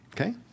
Okay